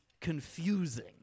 confusing